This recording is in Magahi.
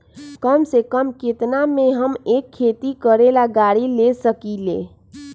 कम से कम केतना में हम एक खेती करेला गाड़ी ले सकींले?